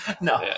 No